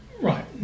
Right